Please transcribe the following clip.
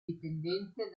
dipendente